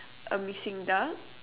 a missing duck